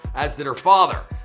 as did her father.